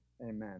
Amen